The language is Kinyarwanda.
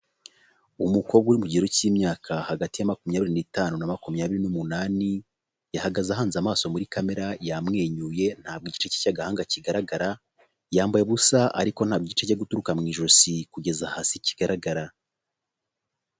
Umukobwa uri mu cyigero cy'imyaka hagati ya makumyabiri n'itanu na makumyabiri n'umunani, yahagaze ahanze amaso muri kamera, yamwenyuye ntabwo igice cye cy'agahanga kigaragara, yambaye ubusa ariko ntabwo igice cyo guturuka mu ijosi kugeza hasi cyigaragara.